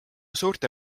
suurte